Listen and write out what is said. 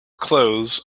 clothes